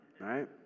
Right